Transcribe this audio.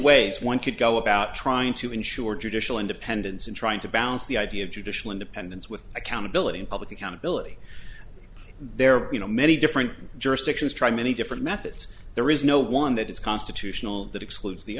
ways one could go about trying to ensure judicial independence and trying to balance the idea of judicial independence with accountability and public accountability there are you know many different jurisdictions try many different methods there is no one that is constitutional that excludes the